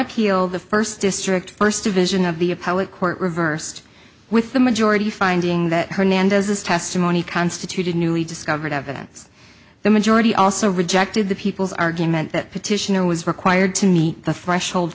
appeal the first district first division of the appellate court reversed with the majority finding that hernandez's testimony constituted newly discovered evidence the majority also rejected the people's argument that petitioner was required to meet the threshold